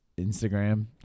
Instagram